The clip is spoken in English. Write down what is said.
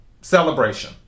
Celebration